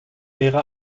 wäre